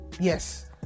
yes